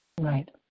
Right